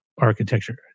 architecture